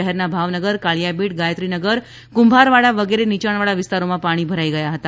શહેરના ભાવનગર કાળીયાબીડ ગાયત્રીનગર કુંભારવાડા વગેરે નીચાણવાળા વિસ્તારોમાં પાણી ભરાઇ ગયા હતા